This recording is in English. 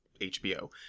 HBO